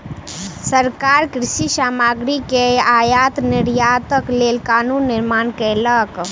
सरकार कृषि सामग्री के आयात निर्यातक लेल कानून निर्माण कयलक